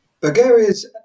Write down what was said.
Bulgaria's